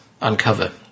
uncover